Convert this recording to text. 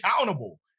accountable